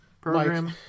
program